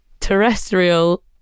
terrestrial